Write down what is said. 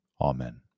Amen